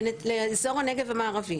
לאזור הנגב המערבי.